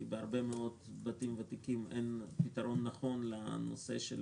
כי בהרבה מאוד בתים ותיקים אין פתרון נכון למיגון,